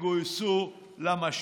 שגויסו למשבר.